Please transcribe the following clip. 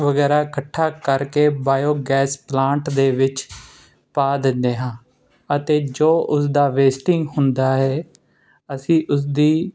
ਵਗੈਰਾ ਇਕੱਠਾ ਕਰਕੇ ਬਾਇਓ ਗੈਸ ਪਲਾਂਟ ਦੇ ਵਿੱਚ ਪਾ ਦਿੰਦੇ ਹਾਂ ਅਤੇ ਜੋ ਉਸਦਾ ਵੇਸਟਿੰਗ ਹੁੰਦਾ ਹੈ ਅਸੀਂ ਉਸਦੀ